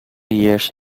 years